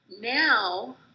Now